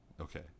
okay